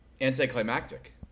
anticlimactic